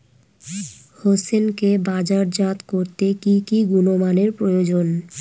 হোসেনকে বাজারজাত করতে কি কি গুণমানের প্রয়োজন?